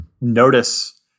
notice